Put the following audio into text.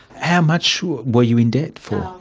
how much were you in debt for?